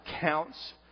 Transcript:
counts